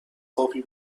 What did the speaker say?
کپی